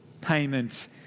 payment